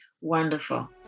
Wonderful